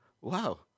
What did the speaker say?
wow